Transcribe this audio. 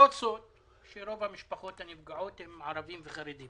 לא סוד שרוב המשפחות הנפגעות הם ערבים וחרדים